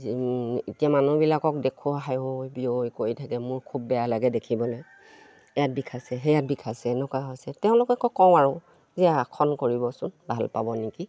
এতিয়া মানুহবিলাকক দেখোঁ হায়ৈ বিয়ে কৰি থাকে মোৰ খুব বেয়া লাগে দেখিবলৈ ইয়াত বিষাইছে সেয়াত বিষাইছে এনেকুৱা হৈছে তেওঁলোকে কওঁ আৰু যে আসন কৰিবচোন ভাল পাব নেকি